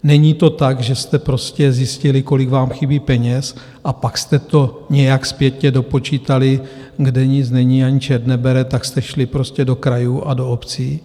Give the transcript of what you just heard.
Není to tak, že jste prostě zjistili, kolik vám chybí peněz, a pak jste to nějak zpětně dopočítali kde nic není, ani čert nebere, tak jste šli prostě do krajů a do obcí?